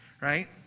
Right